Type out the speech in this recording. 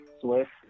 Swift